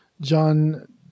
John